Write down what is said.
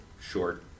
short